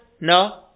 No